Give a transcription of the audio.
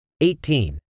eighteen